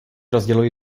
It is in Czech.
rozdělují